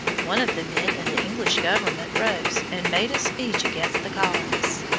one of the men in the english government rose and made a speech against the colonists,